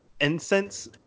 incense